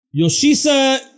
Yoshisa